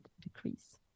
decrease